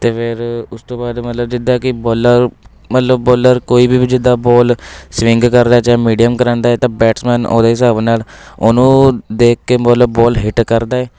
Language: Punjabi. ਅਤੇ ਫਿਰ ਉਸ ਤੋਂ ਬਾਅਦ ਮਤਲਬ ਜਿੱਦਾਂ ਕਿ ਬੋਲਰ ਮਤਲਬ ਬੋਲਰ ਕੋਈ ਵੀ ਜਿੱਦਾਂ ਬੋਲ ਸਵਿੰਗ ਕਰਦਾ ਚਾਹੇ ਮੀਡੀਅਮ ਕਰਾਉਂਦਾ ਹੈ ਤਾਂ ਬੈਟਸਮੈਨ ਉਹਦੇ ਹਿਸਾਬ ਨਾਲ਼ ਉਹਨੂੰ ਦੇਖ ਕੇ ਮਤਲਬ ਬੋਲ ਹਿੱਟ ਕਰਦਾ ਹੈ